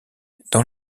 dans